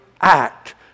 act